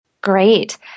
Great